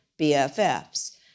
BFFs